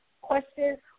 questions